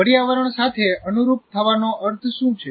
પર્યાવરણ સાથે અનુરૂપ થવાનો અર્થ શું છે